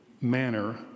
manner